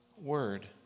word